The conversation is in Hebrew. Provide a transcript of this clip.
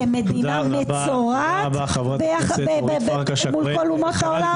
כמדינה מצורעת מול כל אומות העולם?